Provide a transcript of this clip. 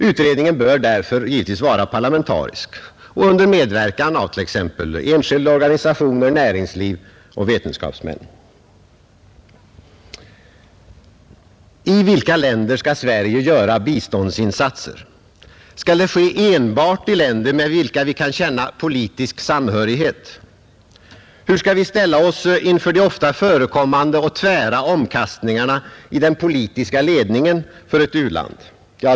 Utredningen bör därför vara parlamentarisk, givetvis under medverkan från t.ex. enskilda organisationer, näringsliv och vetenskapsmän. I vilka länder skall Sverige göra biståndsinsatser? Skall det ske enbart i länder med vilka vi kan känna politisk samhörighet? Hur skall vi ställa oss inför de ofta förekommande och tvära omkastningarna i den politiska ledningen för ett u-land?